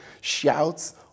shouts